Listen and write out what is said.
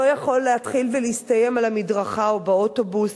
יכול להתחיל ולהסתיים על המדרכה או באוטובוס,